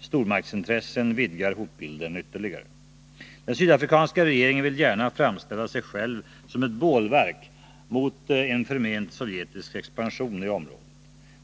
Stormaktsintressen vidgar hotbilden ytterligare. Den sydafrikanska regeringen vill gärna framställa sig själv som ett bålverk mot en förment sovjetisk expansion i området.